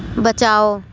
बचाओ